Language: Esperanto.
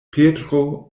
petro